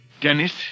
Dennis